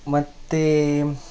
ಮತ್ತೆ